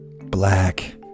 black